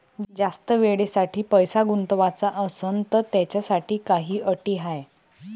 जास्त वेळेसाठी पैसा गुंतवाचा असनं त त्याच्यासाठी काही अटी हाय?